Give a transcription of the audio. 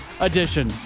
edition